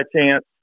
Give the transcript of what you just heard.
chance